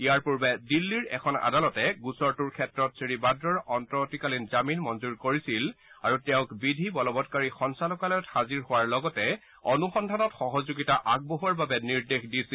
ইয়াৰ পূৰ্বে দিন্নীৰ এখন আদালতে গোচৰটোৰ ক্ষেত্ৰত শ্ৰীবাদ্ৰাৰ অন্তৱৰ্তীকালীন জামিন মঞ্জৰ কৰিছিল আৰু তেওঁক বিধি বলবৎকাৰী সঞ্চালকালয়ত হাজিৰ হোৱাৰ লগতে অনুসন্ধানত সহযোগিতা আগবঢ়োৱাৰ বাবে নিৰ্দেশ দিছিল